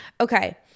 Okay